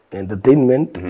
entertainment